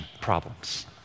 problems